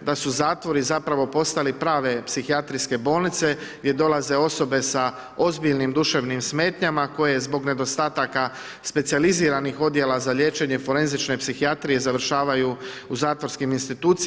da su zatvori zapravo postali prave psihijatrijske bolnice, gdje dolaze osobe sa ozbiljnim duševnim smetnjama koje zbog nedostataka specijaliziranih odjela za liječenje forenzične psihijatrije završavaju u zatvorskim institucijama.